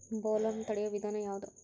Bollworm ತಡಿಯು ವಿಧಾನ ಯಾವ್ದು?